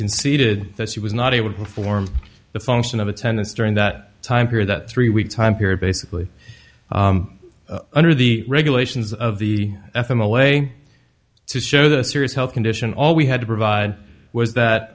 conceded that she was not it would perform the function of attendance during that time period that three weeks time period basically under the regulations of the f m a way to show the serious health condition all we had to provide was that